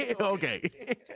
Okay